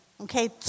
okay